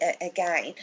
again